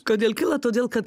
kodėl kilo todėl kad